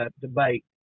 debate